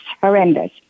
horrendous